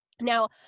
Now